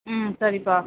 ம் சரிப்பா